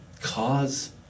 cause